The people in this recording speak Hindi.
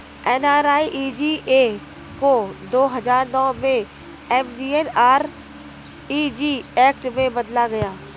एन.आर.ई.जी.ए को दो हजार नौ में एम.जी.एन.आर.इ.जी एक्ट में बदला गया